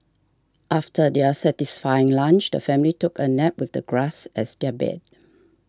after their satisfying lunch the family took a nap with the grass as their bed